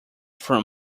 from